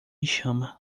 chama